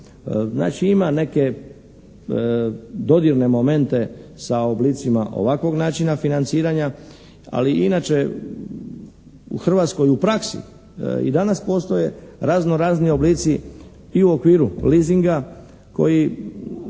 Znači, ima neke dodirne momente sa oblicima ovakvog načina financiranja. Ali inače u Hrvatskoj u praksi i danas postoje razno razni oblici i u okviru leasinga koji